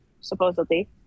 supposedly